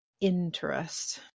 interest